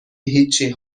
هیچی